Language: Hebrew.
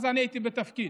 אני הייתי אז בתפקיד.